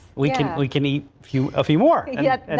we can we can be few a few more yeah,